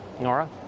Nora